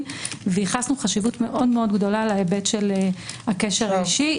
וייחסנו חשיבות גדולה מאוד להיבט של הקשר האישי.